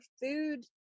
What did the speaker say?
food